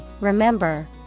remember